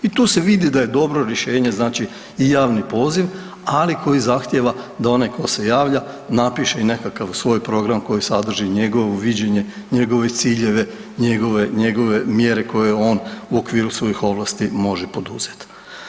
I tu se vidi da je dobro rješenje, znači javni poziv, ali koji zahtijeva da onaj tko se javlja napiše i nekakav svoj program koji sadrži njegovo viđenje, njegove ciljeve, njegove mjere koje on u okviru svojih ovlasti može poduzeti.